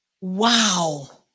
wow